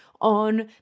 on